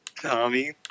Tommy